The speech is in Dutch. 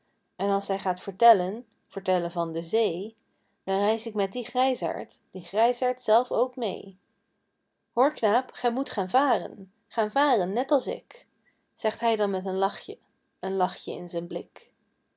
en als hij gaat vertellen vertellen van de zee dan reis ik met dien grijsaard dien grijsaard zelf ook mee hoor knaap gij moet gaan varen gaan varen net als ik zegt hij dan met een lachjen een lachjen in zijn blik